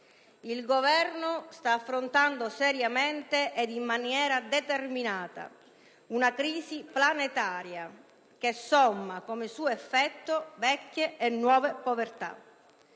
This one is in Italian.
Il Governo sta affrontando seriamente ed in maniera determinata una crisi planetaria che somma come suo effetto vecchie e nuove povertà.